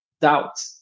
doubt